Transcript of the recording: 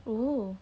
oh